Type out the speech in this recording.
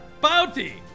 bounty